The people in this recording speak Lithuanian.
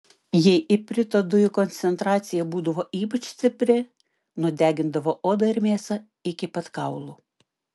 jei iprito dujų koncentracija būdavo ypač stipri nudegindavo odą ir mėsą iki pat kaulų